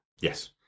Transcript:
yes